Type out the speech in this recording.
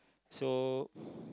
so